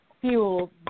fuel